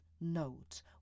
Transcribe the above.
note